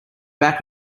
back